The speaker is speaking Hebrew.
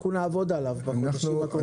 אנחנו נעבוד עליו במפגשים הקרובים.